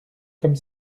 comme